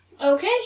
Okay